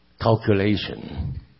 calculation